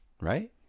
right